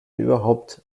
überhaupt